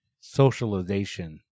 socialization